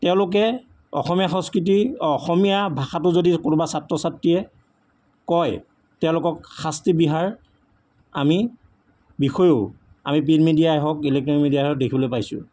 তেওঁলোকে অসমীয়া সংস্কৃতি অসমীয়া ভাষাটো যদি কোনোবা ছাত্ৰ ছাত্ৰীয়ে কয় তেওঁলোকক শাস্তি বিহাৰ আমি বিষয়েও আমি প্ৰিণ্ট মিডিয়াই হওঁক ইলেকট্ৰ'নিক মিডিয়াই হওঁক দেখিবলৈ পাইছোঁ